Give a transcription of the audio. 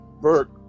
Burke